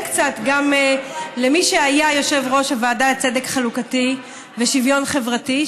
קצת גם למי שהיה יושב-ראש הוועדה לצדק חלוקתי ושוויון חברתי,